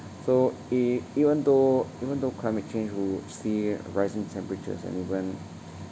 so e~ even though even though climate change will see rising temperatures and when